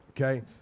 okay